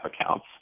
accounts